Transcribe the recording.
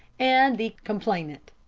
and the complainant.